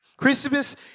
Christmas